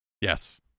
Yes